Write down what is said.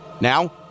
Now